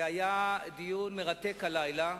שהיה דיון מרתק הלילה,